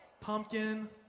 Pumpkin